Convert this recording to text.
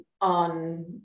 on